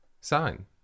sign